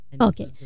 okay